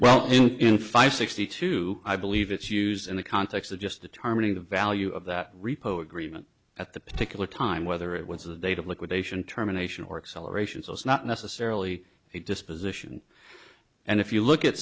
i sixty two i believe it's used in the context of just determining the value of that repo agreement at the particular time whether it was the date of liquidation terminations or acceleration so it's not necessarily a disposition and if you look at